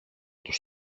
τους